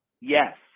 Yes